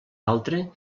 altre